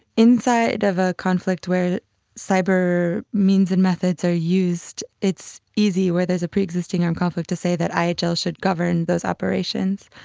inside of a conflict where cyber means and methods are used, it's easy where there is a pre-existing armed conflict to say that ihl should govern those operations.